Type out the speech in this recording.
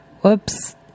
Whoops